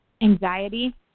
Anxiety